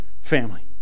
family